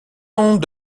ondes